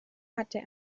hatte